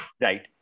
Right